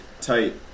Tight